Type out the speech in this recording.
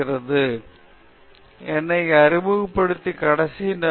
ஸ்ரீகாந்த் நான் என்னை அறிமுகப்படுத்த கடைசி நபர்